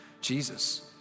Jesus